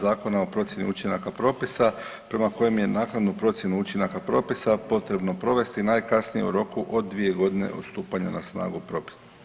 Zakona o procjeni učinaka propisa prema kojem je naknadu procjenu učinaka propisa potrebno provesti najkasnije u roku od 2 godine od stupanja na snagu propisa.